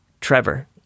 Trevor